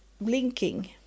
blinking